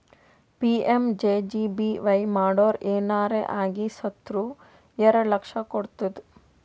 PMJJBY ಮಾಡುರ್ ಏನರೆ ಆಗಿ ಸತ್ತುರ್ ಎರಡು ಲಕ್ಷ ಕೊಡ್ತುದ್